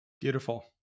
Beautiful